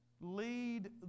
Lead